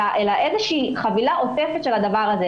אלא איזושהי חבילה עוטפת של זה.